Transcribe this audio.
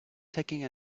taking